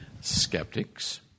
skeptics